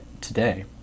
today